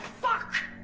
fuck!